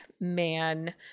man